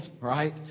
right